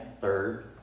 third